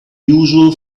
usual